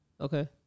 Okay